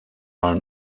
are